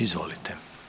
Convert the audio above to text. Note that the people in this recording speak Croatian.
Izvolite.